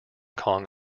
kong